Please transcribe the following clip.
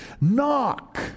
knock